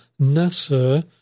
NASA